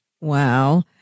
Wow